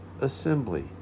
assembly